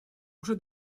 уже